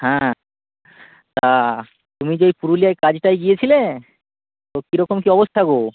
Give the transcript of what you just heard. হ্যাঁ তা তুমি যে এই পুরুলিয়ায় কাজটায় গিয়েছিলে তো কীরকম কী অবস্থা গো